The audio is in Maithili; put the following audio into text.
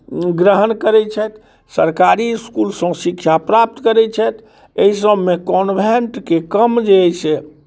ग्रहण करैत छथि सरकारी इसकुलसँ शिक्षा प्राप्त करैत छथि एहि सभमे कॉन्भेंटके कम जे अइ से